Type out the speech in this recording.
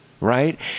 right